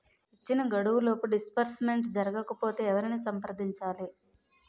ఇచ్చిన గడువులోపు డిస్బర్స్మెంట్ జరగకపోతే ఎవరిని సంప్రదించాలి?